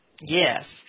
Yes